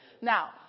Now